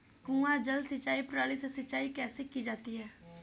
कुआँ जल सिंचाई प्रणाली से सिंचाई कैसे की जाती है?